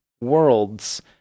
worlds